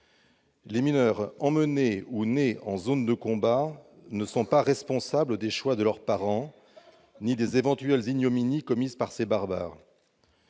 Les mineurs emmenés ou nés en zones de combat ne sont pas responsables des choix de leurs parents, ni des éventuelles ignominies commises par ces barbares.